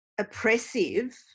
oppressive